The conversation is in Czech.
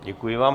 Děkuji vám.